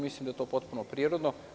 Mislim da je to potpuno prirodno.